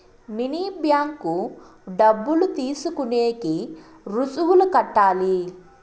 mini bank డబ్బులు తీసుకునేకి రుసుములు కట్టాలి